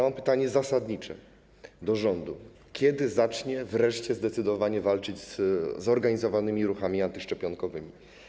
Mam pytanie zasadnicze do rządu, kiedy zacznie wreszcie zdecydowanie walczyć ze zorganizowanymi ruchami antyszczepionkowymi.